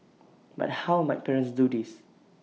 but how might parents do this